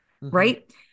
right